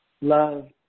love